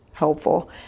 helpful